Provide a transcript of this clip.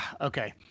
okay